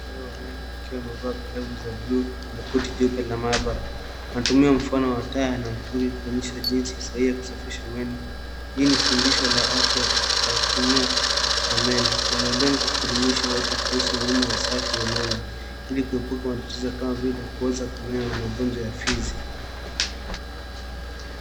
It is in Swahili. Daktari wa meno akiwa amevaa glavu za buluu mwenye koti jeupe la maabara anatumia mfano wa tai anamsuhi kuonyesha jinsi sahihi ya kusafisha meno hii ni fundisho la afya la kinyoa na meno yanayolenga kuelimisha watu kuhusu usafi wa meno ili kuepuka matatizo kama vile kuoza kwa meno na matatizo ya ufizi.